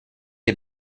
les